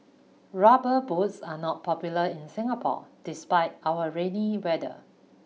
rubber boots are not popular in Singapore despite our rainy weather